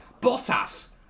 Bottas